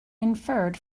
inferred